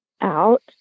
out